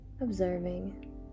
observing